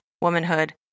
womanhood